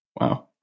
Wow